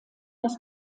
das